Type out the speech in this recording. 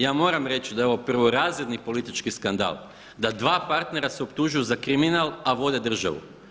Ja moram reći da je ovo prvorazredni politički skandal da dva partnera se optužuju za kriminal a vode državu.